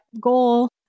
goal